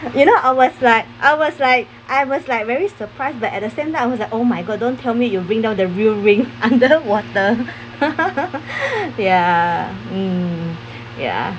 you know I was like I was like I was like very surprised but at the same time I was like oh my god don't tell me you bring down the real ring under water ya mm ya